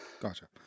Gotcha